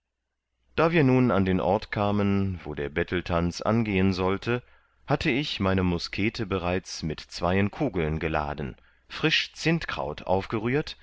da wir nun an den ort kamen wo der betteltanz angehen sollte hatte ich meine muskete bereits mit zweien kugeln geladen frisch zindkraut aufgerührt